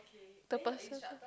the person